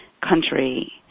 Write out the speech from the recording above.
country